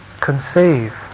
conceive